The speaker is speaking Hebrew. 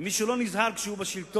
ומי שלא נזהר כשהוא בשלטון,